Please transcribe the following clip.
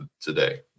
today